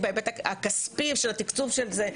בהיבט הכספי של התקצוב של זה,